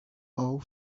all